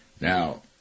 Now